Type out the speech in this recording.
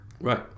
Right